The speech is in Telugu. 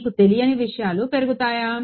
మీకు తెలియని విషయాలు పెరుగుతాయా